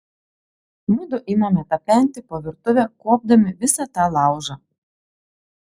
mudu imame tapenti po virtuvę kuopdami visą tą laužą